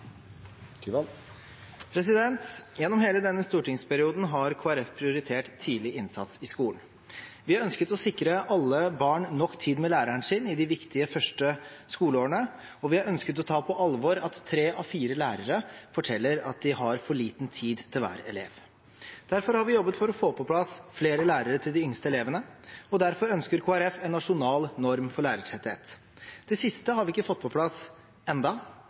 effektivitet. Gjennom hele denne stortingsperioden har Kristelig Folkeparti prioritert tidlig innsats i skolen. Vi ønsket å sikre alle barn nok tid med læreren sin i de viktige første skoleårene, og vi ønsket å ta på alvor at tre av fire lærere forteller at de har for liten tid til hver elev. Derfor har vi jobbet for å få på plass flere lærere til de yngste elevene, og derfor ønsker Kristelig Folkeparti en nasjonal norm for lærertetthet. Det siste har vi ikke fått på plass